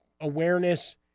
awareness